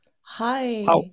Hi